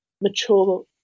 mature